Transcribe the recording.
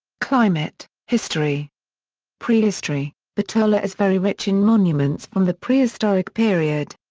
climate history prehistory bitola is very rich in monuments from the prehistoric period.